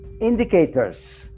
indicators